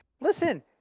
Listen